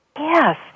Yes